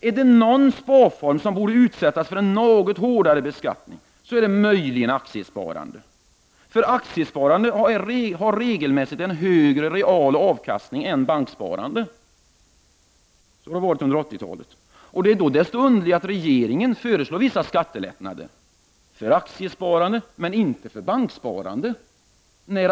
Är det någon sparform som borde utsättas för en något hårdare beskattning så är det möjligen aktiesparande. Aktiesparande har nämligen regelmässigt en högre real avkastning än banksparande. Så har det varit under 80-talet. Det är då desto underligare att regeringen föreslår vissa skattelättnader för aktiesparande men inte för banksparande.